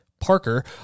Parker